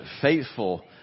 faithful